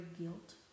guilt